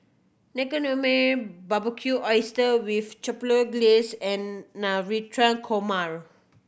Naengmyeon Barbecued Oyster with Chipotle Glaze and Navratan Korma